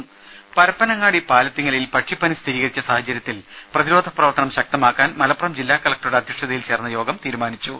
ദേശ പരപ്പനങ്ങാടി പാലത്തിങ്ങലിൽ പക്ഷിപ്പനി സ്ഥിരീകരിച്ച സാഹചര്യത്തിൽ പ്രതിരോധ പ്രവർത്തനം ശക്തമാക്കാൻ മലപ്പുറം ജില്ലാ കലക്ടറുടെ അധ്യക്ഷതയിൽ ചേർന്ന യോഗം തീരുമാനിച്ചു